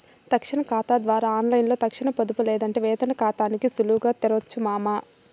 తక్షణ కాతా ద్వారా ఆన్లైన్లో తక్షణ పొదుపు లేదంటే వేతన కాతాని సులువుగా తెరవొచ్చు మామా